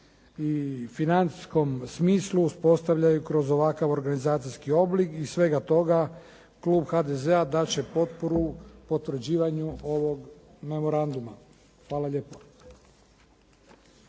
i financijskom smislu uspostavljaju kroz ovakav organizacijski oblik i iz svega toga Klub HDZ-a dat će potporu potvrđivanju ovog memoranduma. Hvala lijepa.